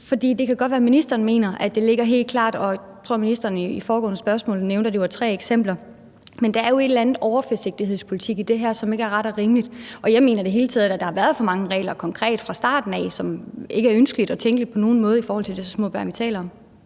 måde. Det kan godt være, at ministeren mener, at det ligger helt klart, og jeg tror, at ministeren i det foregående spørgsmål nævnte, at der var tre eksempler, men der er jo en eller anden overforsigtighedspolitik i det her, som ikke er ret og rimelig. Jeg mener i det hele taget, at der har været for mange regler konkret fra starten af, som ikke er ønskelige på nogen måde, i forhold til at det er så små børn, vi taler om.